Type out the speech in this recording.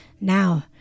Now